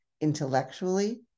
intellectually